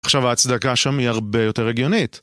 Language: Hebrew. עכשיו, ההצדקה שם היא הרבה יותר הגיונית.